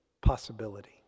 possibility